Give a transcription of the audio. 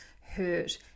hurt